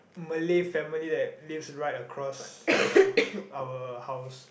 Malay family that lives right across our our house